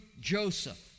Joseph